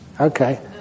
Okay